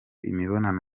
imibonano